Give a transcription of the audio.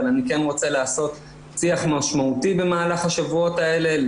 אבל אני כן רוצה לעשות שיח משמעותי במהלך השבועות האלה,